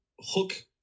hook